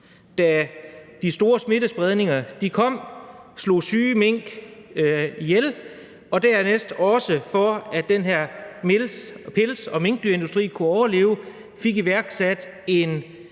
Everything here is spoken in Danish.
da de store smittespredninger kom. Syge mink blev slået ihjel, og dernæst fik vi, så den her pelsdyrindustri kunne overleve, iværksat en